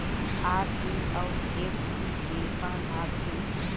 RD अऊ FD के का लाभ हे?